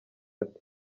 ati